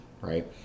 right